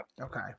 Okay